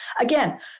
Again